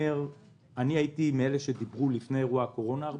אני הייתי מאלה שדיברו לפני אירוע הקורונה על